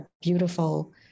beautiful